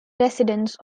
residence